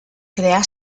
creà